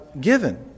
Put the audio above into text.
given